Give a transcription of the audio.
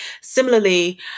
Similarly